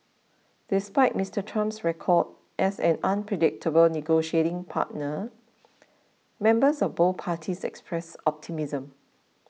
despite Mister Trump's record as an unpredictable negotiating partner members of both parties expressed optimism